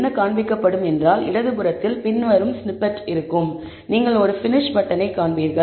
என்ன காண்பிக்கப்படும் என்றால் இடதுபுறத்தில் பின்வரும் ஸ்நிப்பெட் ஐ பார்த்தால் நீங்கள் ஒரு பினிஷ் பட்டனை காண்பீர்கள்